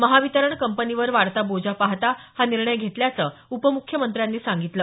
महावितरण कंपनीवर वाढता बोजा पाहता हा निर्णय घेतल्याचं उपमुख्यमंत्र्यांनी सांगितलं